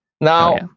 Now